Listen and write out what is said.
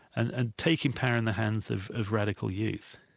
and and taking power in the hands of of radical youth.